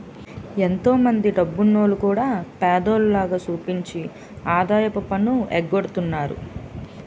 ఎంతో మందో డబ్బున్నోల్లు కూడా పేదోల్లుగా సూపించి ఆదాయపు పన్ను ఎగ్గొడతన్నారు